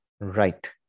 Right